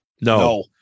No